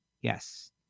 Yes